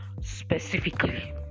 specifically